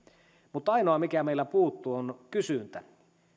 mutta ainoa mikä meillä puuttuu on kysyntä